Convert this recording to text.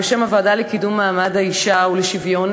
בשם הוועדה לקידום מעמד האישה ולשוויון